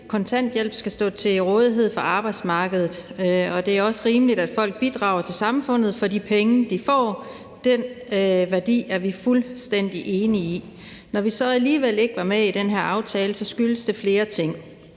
kontanthjælp, skal stå til rådighed for arbejdsmarkedet, og det er også rimeligt, at folk bidrager til samfundet for de penge, de får. Den værdi er vi fuldstændig enige i. Når vi så alligevel ikke er med i den her aftale, skyldes det flere ting.